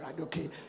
Okay